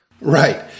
Right